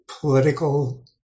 political